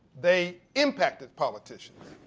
they impacted politicians,